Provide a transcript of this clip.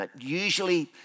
Usually